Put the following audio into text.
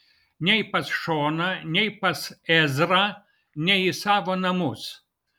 nei pas šoną nei pas ezrą nei į savo namus